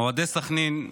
אוהדי סח'נין,